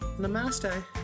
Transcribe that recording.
namaste